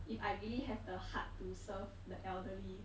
if I really have the heart to serve the elderly